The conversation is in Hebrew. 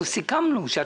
אנחנו סיכמנו שאתה,